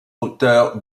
auteurs